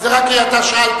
זה רק כי אתה שאלת.